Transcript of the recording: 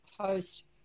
post